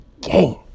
game